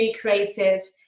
creative